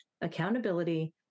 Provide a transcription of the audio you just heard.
accountability